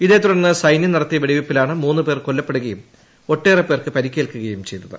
ഇതേത്തുടർന്ന് സൈന്യം നടത്തിയ വെടിവയ്പ്പിലാണ് മൂന്നു പേർ കൊല്ലപ്പെടുകയും ഒട്ടേറെ പേർക്ക് പരിക്കേൽക്കുകയും ചെയ്തത്